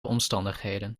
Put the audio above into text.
omstandigheden